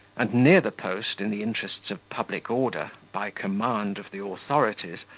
and near the post, in the interests of public order, by command of the authorities,